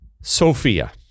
Sophia